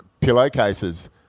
pillowcases